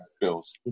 bills